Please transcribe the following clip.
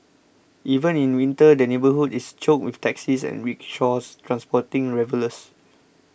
even in winter the neighbourhood is choked with taxis and rickshaws transporting revellers